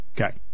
Okay